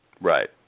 right